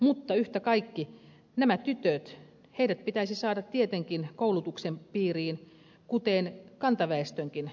mutta yhtä kaikki nämä tytöt pitäisi saada tietenkin koulutuksen piiriin kuten kansaväestönkin